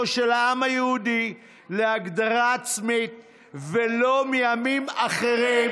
היהודי להגדרה עצמית ולא מעמים אחרים,